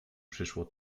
przyszło